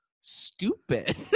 stupid